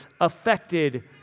affected